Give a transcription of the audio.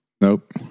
Nope